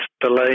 delay